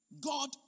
God